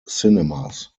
cinemas